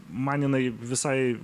man jinai visai